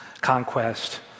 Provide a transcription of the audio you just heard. conquest